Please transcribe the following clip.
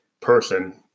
person